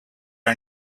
are